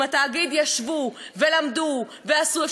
עם התאגיד ישבו ולמדו ועשו.